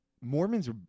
Mormons